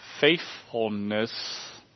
faithfulness